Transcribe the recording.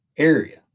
area